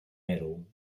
medal